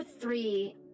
three